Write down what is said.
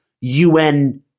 UN